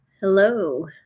Hello